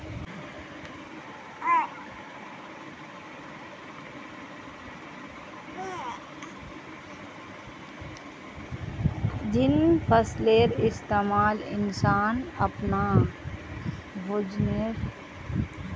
जिन फसलेर इस्तमाल इंसान अपनार भोजनेर कर छेक उटा फसलक खाद्य फसल कहाल जा छेक